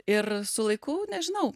ir su laiku nežinau